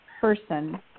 person